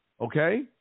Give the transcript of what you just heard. Okay